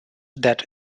that